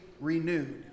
renewed